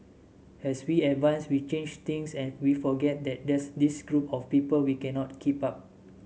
as we advance we change things and we forget that there's this group of people we cannot keep up